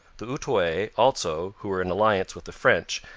the outaouais also, who were in alliance with the french,